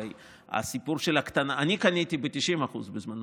הרי הסיפור, אני קניתי ב-90% בזמנו,